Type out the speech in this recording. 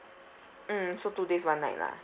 mm so two days one night lah